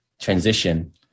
transition